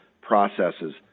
processes